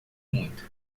muito